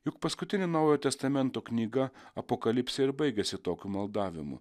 juk paskutinė naujojo testamento knyga apokalipsė ir baigiasi tokiu maldavimu